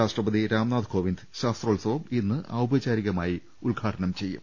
രാഷ്ട്രപതി രാംനാഥ് കോവിന്ദ് ശാസ്ത്രോത്സവം ഇന്ന് ഔപചാരികമായി ഉദ്ഘാടനം ചെയ്യും